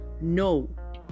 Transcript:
No